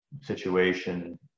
situation